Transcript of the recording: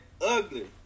ugly